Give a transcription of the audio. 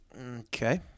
okay